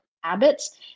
habits